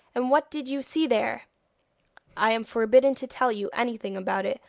and what did you see there i am forbidden to tell you anything about it,